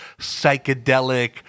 psychedelic